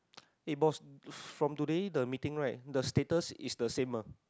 eh boss from today the meeting right the status is the same ah